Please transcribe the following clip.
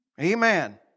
Amen